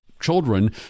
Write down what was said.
children